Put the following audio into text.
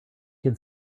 can